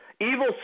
Evil